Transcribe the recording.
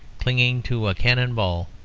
clinging to a cannon-ball,